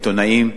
מעיתונאים,